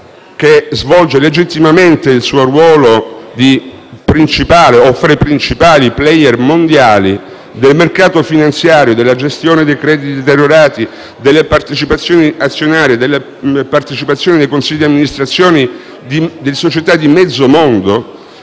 che svolge legittimamente il suo ruolo fra i principali *player* mondiali del mercato finanziario, della gestione dei crediti deteriorati, delle partecipazioni azionarie, della partecipazione nei consigli di amministrazioni di società di mezzo mondo?